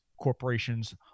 corporations